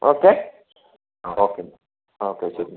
okay okay എന്നാൽ okay ശരി എന്നാൽ